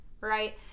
right